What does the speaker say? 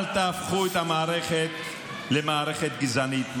אל תהפכו את המערכת למערכת גזענית.